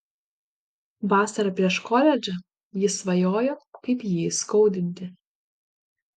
vasarą prieš koledžą ji svajojo kaip jį įskaudinti